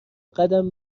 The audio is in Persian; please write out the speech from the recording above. قدم